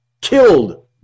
killed